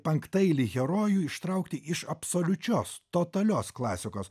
penktaeilį herojų ištraukti iš absoliučios totalios klasikos